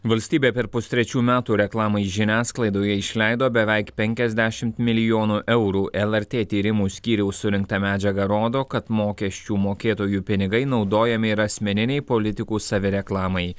valstybė per pustrečių metų reklamai žiniasklaidoje išleido beveik penkiasdešimt milijonų eurų lrt tyrimų skyriaus surinkta medžiaga rodo kad mokesčių mokėtojų pinigai naudojami ir asmeninei politikų savireklamai